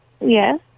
Yes